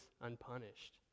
unpunished